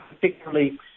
particularly